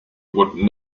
would